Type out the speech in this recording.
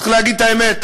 צריך להגיד את האמת,